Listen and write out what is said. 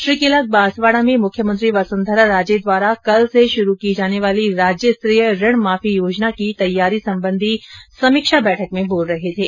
श्री किलक बांसवाड़ा में मुख्यमंत्री वसुंधरा राजे द्वारा कल से शुरू की जाने वाली राज्य स्तरीय ऋण माफी योजना की तैयारी संबंधी समीक्षा बैठक में बोल रहे थे